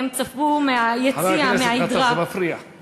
הן צפו מהיציע, מ"האידרא"